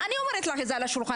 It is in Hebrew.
אני שמה את זה על השולחן.